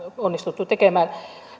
onnistuttu tekemään